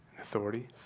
authority